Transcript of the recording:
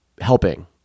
helping